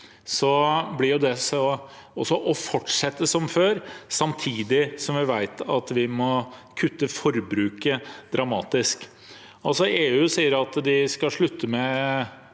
blir jo det å fortsette som før, samtidig som vi vet at vi må kutte forbruket dramatisk.